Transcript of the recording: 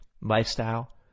lifestyle